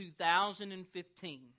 2015